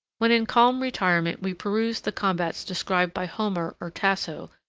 when in calm retirement we peruse the combats described by homer or tasso,